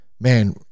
man